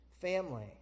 family